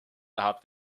tahab